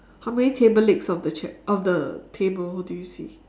how many table legs of the chair of the table do you see